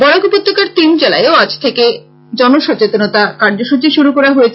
বরাক উপত্যকার তিন জেলায় আজ থেকে সচেতনতা কার্যসূচি শুরু করা হয়েছে